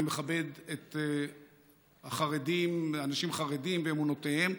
אני מכבד את החרדים, אנשים חרדים ואמונותיהם.